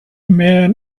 men